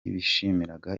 bishimiraga